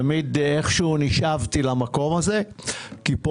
תמיד איכשהו נשאבתי למקום הזה כי פה